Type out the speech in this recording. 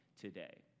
today